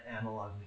analog